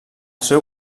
seu